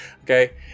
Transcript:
okay